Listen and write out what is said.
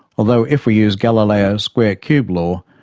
although if we use galileo's square-cube law,